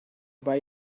buy